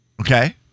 Okay